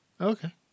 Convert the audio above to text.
Okay